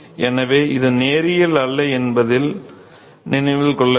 எனவே இது நேரியல் அல்ல என்பதை நினைவில் கொள்ள வேண்டும்